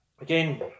Again